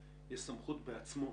יש סמכות בעצמו